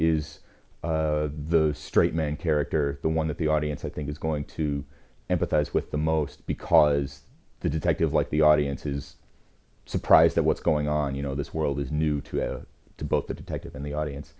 is the straight man character the one that the audience i think is going to empathize with the most because the detective like the audience is surprise that what's going on you know this world is new to both the detective and the audience